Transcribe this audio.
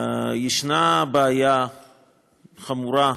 יש בעיה חמורה,